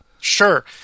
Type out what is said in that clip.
Sure